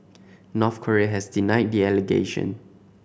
North Korea has denied the allegation